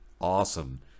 awesome